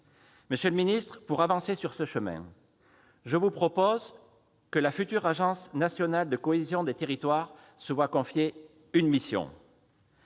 Monsieur le ministre, afin que nous avancions sur ce chemin, je vous propose que la future Agence nationale de la cohésion des territoires se voie confier la mission